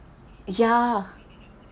ya